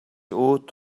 өөд